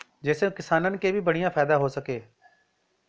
जेसे किसानन के भी बढ़िया फायदा हो सके